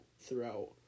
throughout